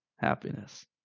happiness